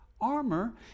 armor